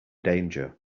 danger